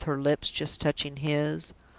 with her lips just touching his.